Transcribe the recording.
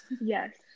Yes